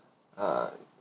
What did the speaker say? uh